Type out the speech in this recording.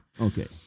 Okay